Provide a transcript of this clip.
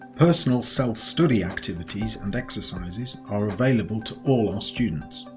personal self study activities and exercises are available to all our students.